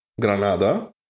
Granada